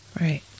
right